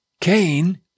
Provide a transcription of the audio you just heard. Cain